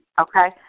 Okay